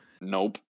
Nope